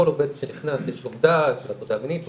לכל עובד שנכנס יש לומדה של הטרדה מינית שהוא